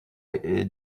est